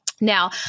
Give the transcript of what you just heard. Now